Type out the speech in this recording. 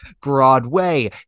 Broadway